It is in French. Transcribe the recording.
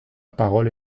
parole